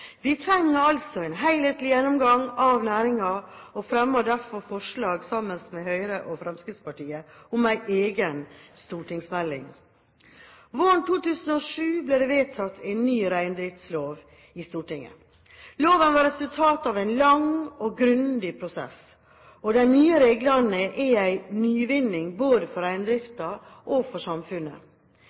Vi trenger altså en helhetlig gjennomgang av næringen og fremmer derfor forslag sammen med Høyre og Fremskrittspartiet om en egen stortingsmelding. Våren 2007 ble det vedtatt en ny reindriftslov i Stortinget. Loven var resultat av en lang og grundig prosess, og de nye reglene er en nyvinning både for reindriften og for samfunnet.